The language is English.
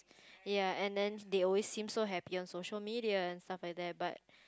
ya and then they always seem so happy on social media and stuff like that but